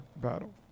battle